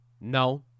No